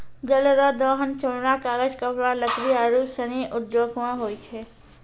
जल रो दोहन चमड़ा, कागज, कपड़ा, लकड़ी आरु सनी उद्यौग मे होय छै